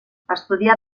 estudià